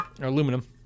aluminum